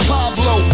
Pablo